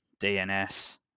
DNS